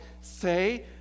say